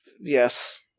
Yes